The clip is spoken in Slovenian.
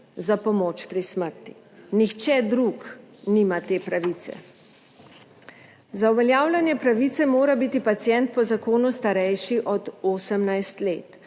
za pomoč pri smrti, nihče drug nima te pravice. Za uveljavljanje pravice mora biti pacient po zakonu starejši od 18 let,